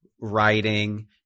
writing